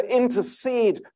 intercede